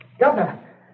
Governor